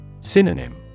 Synonym